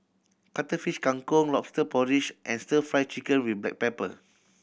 Cuttlefish Kang Kong Lobster Porridge and Stir Fry Chicken with black pepper